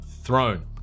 Throne